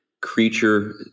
creature